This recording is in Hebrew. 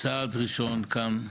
צעד ראשון כאן.